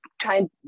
trying